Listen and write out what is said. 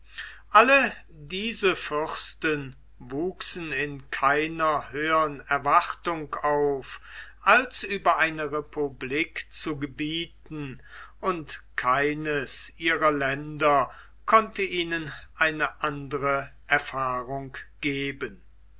alle diese fürsten wuchsen in keiner höhern erwartung auf als über eine republik zu gebieten und keines ihrer länder konnte ihnen eine andere erfahrung geben